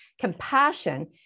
compassion